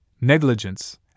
Negligence